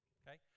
okay